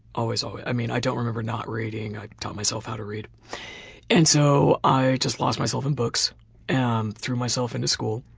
always, always. i mean, i don't remember not reading. i taught myself how to read and so i just lost myself in books and threw myself into school.